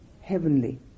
heavenly